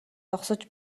зогсож